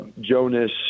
Jonas